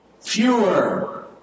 Fewer